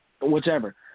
Whichever